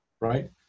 right